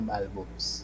albums